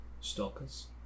stalkers